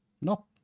nope